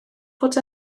fod